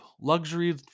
luxury